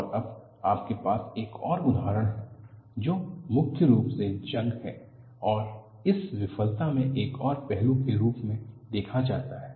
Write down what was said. और अब आपके पास एक और उदाहरण है जो मुख्य रूप से जंग है और इस विफलता में एक और पहलू के रूप में देखा जाता है